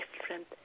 different